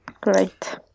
Great